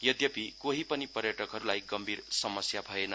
यद्यपि कोही पनि पर्यटकहरूलाई गम्भीर समस्या भएन